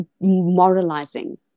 moralizing